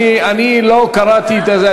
אני לא קראתי את זה.